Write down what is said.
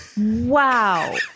Wow